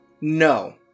No